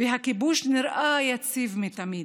והכיבוש נראה יציב מתמיד.